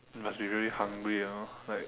must be really hungry you know like